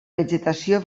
vegetació